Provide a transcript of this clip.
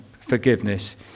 forgiveness